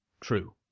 true